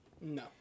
No